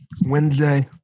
Wednesday